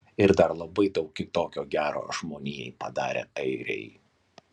ir dar labai daug kitokio gero žmonijai padarę airiai